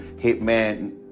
Hitman